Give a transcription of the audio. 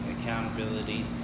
accountability